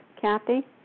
Kathy